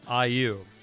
IU